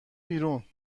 بیرون